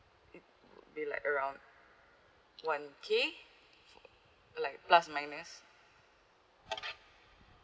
it will be around one K like plus minus